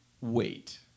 Wait